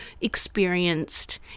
experienced